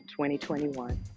2021